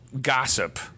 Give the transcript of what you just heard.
Gossip